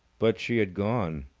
but she had gone.